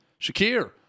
Shakir